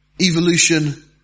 evolution